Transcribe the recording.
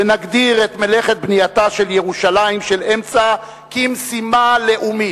ונגדיר את מלאכת בנייתה של ירושלים של אמצע כמשימה לאומית.